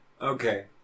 okay